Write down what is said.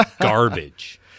garbage